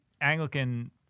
Anglican